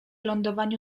lądowaniu